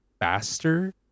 faster